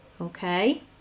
Okay